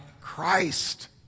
Christ